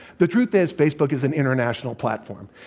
the truth is, facebook is an international platform.